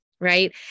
right